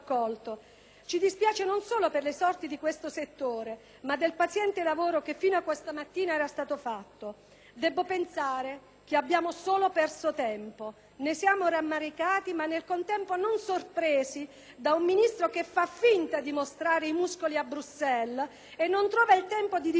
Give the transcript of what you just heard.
Ci dispiace non solo per le sorti di questo settore, ma anche per il paziente lavoro che fino a questa mattina era stato fatto. Debbo pensare che abbiamo solo perso tempo, ne siamo rammaricati ma nel contempo non sorpresi da un Ministro che fa finta di mostrare i muscoli a Bruxelles e non trova il tempo di difendere il suo provvedimento